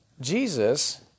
Jesus